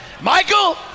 Michael